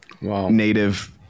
native